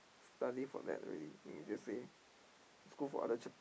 study for that already and he just say just go for other chap~